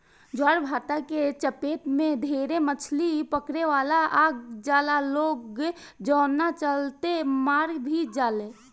ज्वारभाटा के चपेट में ढेरे मछली पकड़े वाला आ जाला लोग जवना चलते मार भी जाले